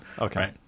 okay